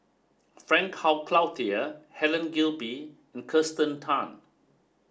Frank Cloutier Helen Gilbey and Kirsten Tan